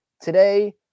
Today